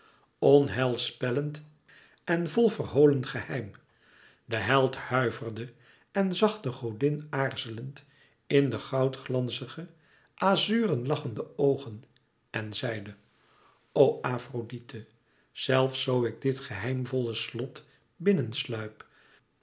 onheilspellend en vol verholen geheim de held huiverde en zag de godin aarzelend in de goudglanzige azuren lachende oogen en zeide o afrodite zelfs zoo ik dit geheimvolle slot